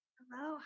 Hello